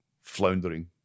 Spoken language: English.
floundering